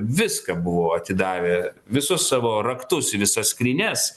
viską buvo atidavę visus savo raktus visas skrynias